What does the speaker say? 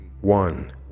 one